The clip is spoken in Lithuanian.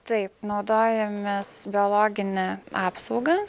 taip naudojam mes biologinę apsaugą